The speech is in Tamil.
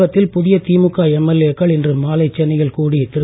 தமிழகத்தில் புதிய திமுக எம்எல்ஏக்கள் இன்று மாலை சென்னையில் கூடி திரு